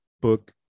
book